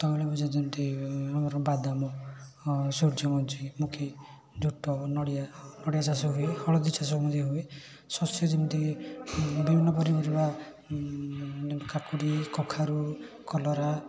ତୈଳବୀଜ ଯେମିତି ବାଦାମ ସୂର୍ଯ୍ୟମୁଜି ମୁଖି ଝୋଟ ନଡ଼ିଆ ନଡ଼ିଆ ଚାଷ ହୁଏ ହଳଦୀ ଚାଷ ବି ହୁଏ ଶସ୍ୟ ଯେମିତିକି ବିଭିନ୍ନ ପନିପରିବା କାକୁଡ଼ି କଖାରୁ କଲରା